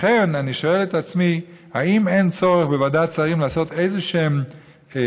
לכן אני שואל את עצמי: האם אין צורך לעשות בוועדת השרים איזשהם סדרים,